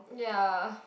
ya